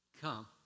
Come